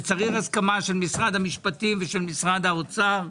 וצריך הסכמה של משרד המשפטים ושל משרד האוצר,